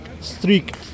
strict